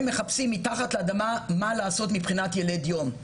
מחפשים מתחת לאדמה מה לעשות מבחינת מה ילד יום.